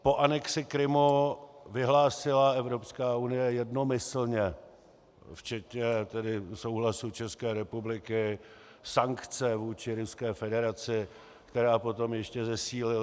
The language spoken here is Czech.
Po anexi Krymu vyhlásila Evropská unie jednomyslně, včetně tedy souhlasu České republiky, sankce vůči Ruské federaci, které potom ještě zesílila.